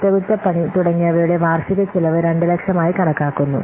അറ്റകുറ്റപ്പണി തുടങ്ങിയവയുടെ വാർഷിക ചിലവ് 200000 മായി കണക്കാക്കുന്നു